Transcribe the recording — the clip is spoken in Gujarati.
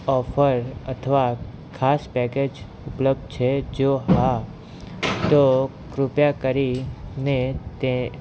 ઓફર અથવા ખાસ પેકેજ ઉપલબ્ધ છે જો હા તો કૃપયા કરીને તે